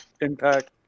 Impact